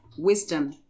Wisdom